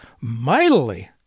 mightily